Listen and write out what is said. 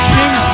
King